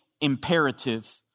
imperative